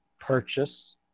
purchase